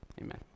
amen